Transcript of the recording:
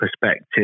perspective